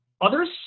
Others